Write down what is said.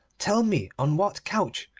tell me on what couch,